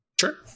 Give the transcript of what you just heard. sure